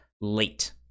late